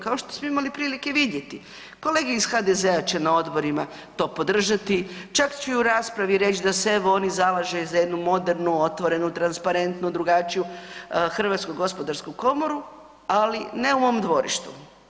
Kao što smo imali prilike vidjeti, kolege iz HDZ-a će na odborima to podržati, čak će i u raspravi reći da se, evo, oni zalažu za jednu modernu, otvorenu, transparentnu, drugačiju HGK, ali ne u mom dvorištu.